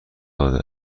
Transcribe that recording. داده